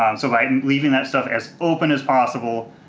um so by and leaving that stuff as open as possible,